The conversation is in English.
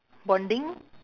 bonding